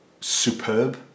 superb